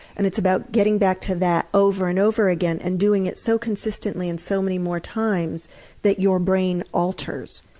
and it's about getting back to that over and over again, and doing it so consistently and so many more times that your brain alters.